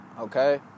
Okay